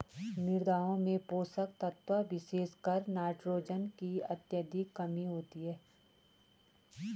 मृदाओं में पोषक तत्वों विशेषकर नाइट्रोजन की अत्यधिक कमी होती है